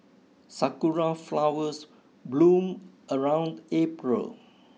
sakura flowers bloom around April